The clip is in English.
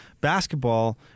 basketball